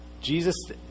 Jesus